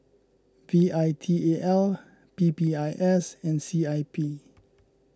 V I T A L P P I S and C I P